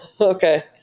okay